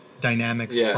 dynamics